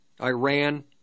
Iran